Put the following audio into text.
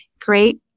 great